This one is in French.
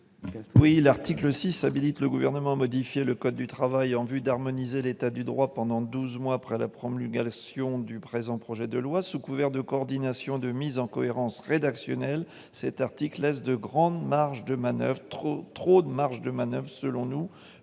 59. L'article 6 habilite le Gouvernement à modifier le code du travail en vue d'harmoniser l'état du droit pendant douze mois après la promulgation du présent projet de loi. Sous couvert de coordination et de mise en cohérence rédactionnelles, cet article laisse de trop grandes marges de manoeuvre, selon nous,